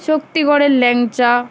শক্তিগড়ের ল্যাংচা